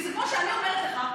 כי זה כמו שאני אומרת לך,